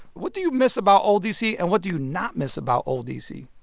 what do you miss about old d c, and what do you not miss about old d c?